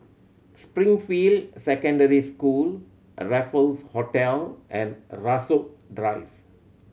Springfield Secondary School Raffle Hotel and Rasok Drive